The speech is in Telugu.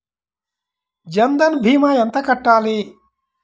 జన్ధన్ భీమా ఎంత కట్టాలి?